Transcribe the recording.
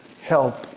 help